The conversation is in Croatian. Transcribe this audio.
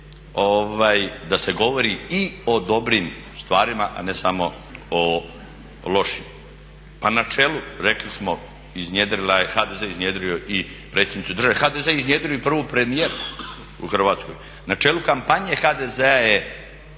da se govori i o dobrim stvarima a ne samo o lošim. Pa na čelu, rekli smo HDZ je iznjedrio i predsjednicu Države. HDZ je iznjedrio i prvu premijerku u Hrvatskoj. Na čelu kampanje HDZ-a je